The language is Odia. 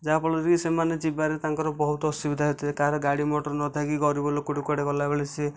ଯାହା ଫଳରେ କି ସେମାନେ ଯିବାରେ ତାଙ୍କର ବହୁତ ଅସୁବିଧା ହେଇଥାଏ କାହାର ଗାଡ଼ି ମଟର ନଥାଏ କିଏ ଗରିବ ଲୋକଟେ କୁଆଡ଼େ ଗଲା ବେଳେ ସିଏ